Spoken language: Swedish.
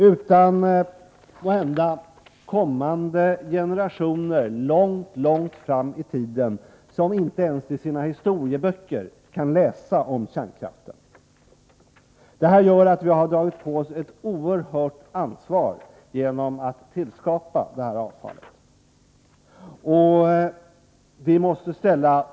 Måhända drabbas 61 generationer i en mycket avlägsen framtid, människor som inte ens i sina historieböcker kan läsa om kärnkraften. Vi har tagit på oss ett oerhört stort ansvar i och med att vi har varit med om att tillskapa avfall av detta slag.